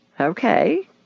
Okay